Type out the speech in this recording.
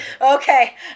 okay